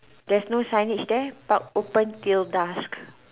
there's no signage there park open till dusk